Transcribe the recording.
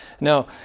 No